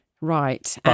Right